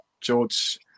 George